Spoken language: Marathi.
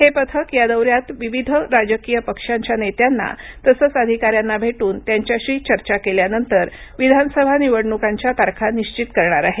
हे पथक या दौऱ्यातविविध राजकीय पक्षांच्या नेत्यांना तसंच अधिकाऱ्यांना भेटून त्यांच्याशी चर्चाकेल्यानंतर विधानसभा निवडणुकांच्या तारखा निश्चित करणार आहे